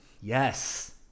Yes